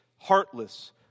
Heartless